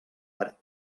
per